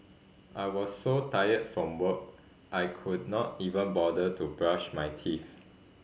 I was so tired from work I could not even bother to brush my teeth